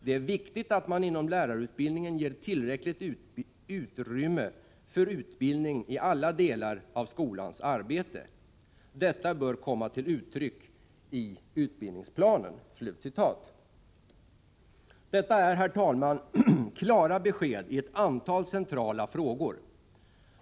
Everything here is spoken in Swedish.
Det är viktigt att det inom lärarutbildningen ges tillräckligt utrymme för utbildning i alla delar av skolans arbete. Detta bör komma till uttryck i utbildningsplanen.” Detta är, herr talman, klara besked i ett antal centrala frågor.